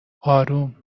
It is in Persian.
اروم